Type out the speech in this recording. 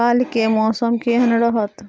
काल के मौसम केहन रहत?